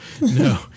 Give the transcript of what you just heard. no